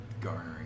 garnering